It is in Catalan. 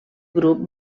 grup